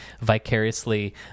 vicariously